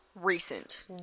Recent